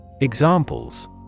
Examples